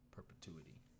Perpetuity